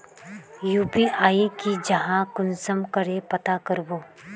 UPI की जाहा कुंसम करे पता करबो?